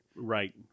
right